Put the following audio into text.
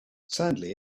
sadly